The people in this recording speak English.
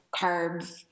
carbs